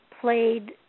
played